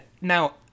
now